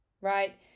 right